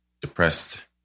depressed